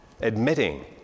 admitting